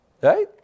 Right